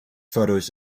photos